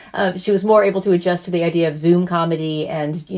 ah she was more able to adjust to the idea of zoome comedy and, you